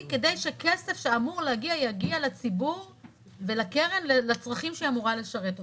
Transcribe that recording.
כדי שכסף שאמור להגיע יגיע לציבור ולקרן לצרכים שהיא אמורה לשרת אותם.